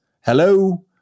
Hello